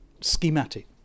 schematic